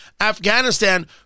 afghanistan